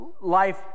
life